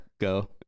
go